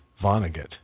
Vonnegut